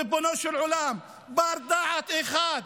ריבונו של עולם, בר דעת אחד,